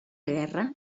guerra